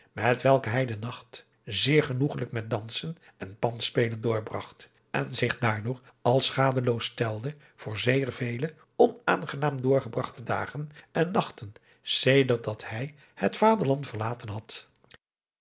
met welke hij den nacht zeer genoegelijk met dansen en pandspellen doorbragt en zich daardoor als schadeloos stelde voor zeer vele onaangenaam doorgebragte dagen en nachten sedert dat hij het vaderland verlaten had